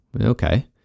Okay